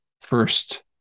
first